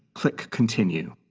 click continue.